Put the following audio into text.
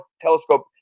telescope